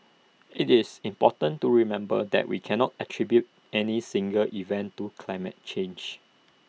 IT is important to remember that we cannot attribute any single event to climate change